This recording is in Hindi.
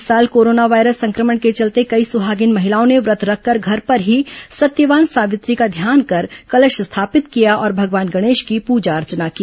इस साल कोरोना वायरस संक्रमण के चलते कई सुहागिन महिलाएं व्रत रखकर घर पर ही सत्यवान सावित्री का ध्यान कर कलश स्थापित कीं और भगवान गणेश की पूजा अर्चना की